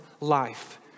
life